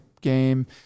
game